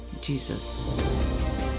Jesus